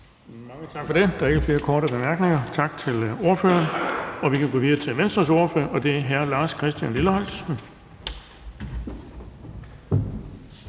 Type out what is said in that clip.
Bonnesen): Der er ikke flere korte bemærkninger. Tak til ordføreren. Vi kan gå videre til Venstres ordfører, hr. Lars Christian Lilleholt.